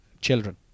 children